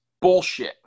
bullshit